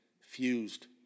fused